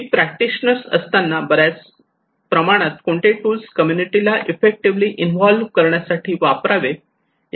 मी practitioner असताना बऱ्याच प्रमाणात कोणते टूल्स कम्युनिटीला एफ्फेक्टिव्हली इन्व्हॉल्व्ह करण्यासाठी वापरावे याबद्दल कन्फ्युज्ड होतो